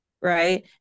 right